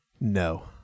No